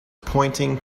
pointing